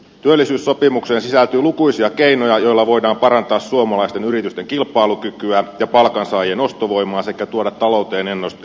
työllisyyssopimukseen sisältyy lukuisia keinoja joilla voidaan parantaa suomalaisten yritysten kilpailukykyä ja palkansaajien ostovoimaa sekä tuoda talouteen ennustettavuutta